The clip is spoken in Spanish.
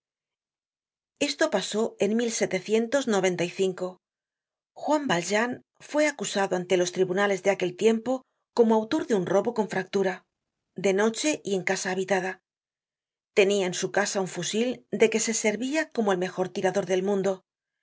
esto pasó en juan valjean fue acusado ante los tribunales de aquel tiempo como autor de un robo con fractura de noche y en casa habitada tenia en su casa un fusil de que se servia como el mejor tirador del mundo